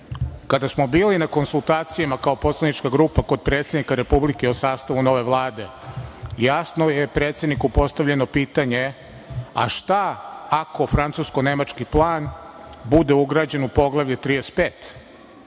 35.Kada smo bili na konsultacijama kao poslanička grupa kod predsednika Republike o sastavu nove Vlade, jasno je predsedniku postavljeno pitanje – a šta ako francusko-nemački plan bude ugrađen u Poglavlje 35?